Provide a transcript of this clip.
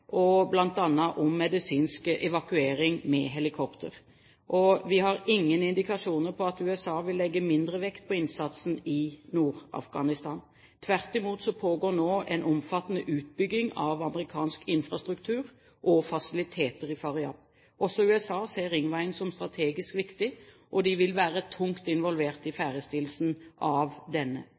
om medisinsk evakuering med helikopter. Vi har ingen indikasjoner på at USA vil legge mindre vekt på innsatsen i Nord-Afghanistan. Tvert imot pågår det nå en omfattende utbygging av amerikansk infrastruktur og fasiliteter i Faryab. Også USA ser ringveien som strategisk viktig, og de vil være tungt involvert i ferdigstillelsen av denne.